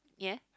yeah